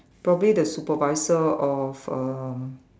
probably the supervisor of a